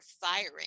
firing